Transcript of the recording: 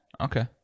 okay